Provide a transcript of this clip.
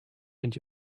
and